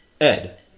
Ed